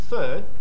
Third